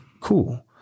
cool